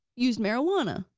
used marijuana.